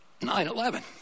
9/11